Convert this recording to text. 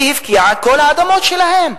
הפקיעה את כל האדמות שלהם.